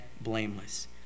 blameless